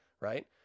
right